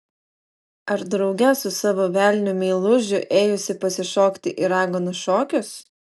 ar drauge su savo velniu meilužiu ėjusi pasišokti į raganų šokius